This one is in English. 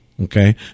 okay